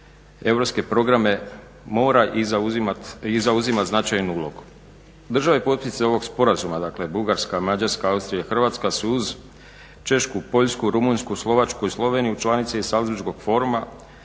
europske programe mora i zauzima značajnu ulogu. Države potpisnice ovog sporazuma dakle Bugarska, Hrvatska, Mađarska, Austrija su uz Češku, Poljsku, Rumunjsku, Slovačku i Sloveniju članice i Salzburškog foruma